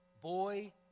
boy